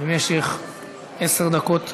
במשך עשר דקות תמימות.